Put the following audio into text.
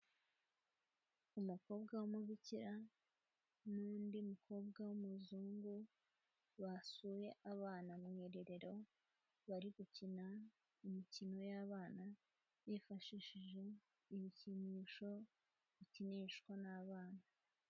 Umukobwa w'umubikira n'undi mukobwa w'umuzungu basuye abana mu irerero, bari gukina imikino y'abana bifashishije ibikinisho bikinishwa n'abana.